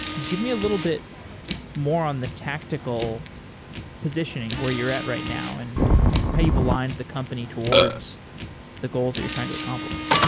give me a little bit more on the tactical positioning where you're at right now and how you've aligned the company towards the goals that you're trying to accomplish.